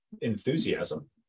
enthusiasm